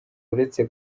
uretse